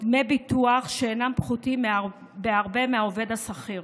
דמי ביטוח שאינם פחותים בהרבה משל העובד השכיר.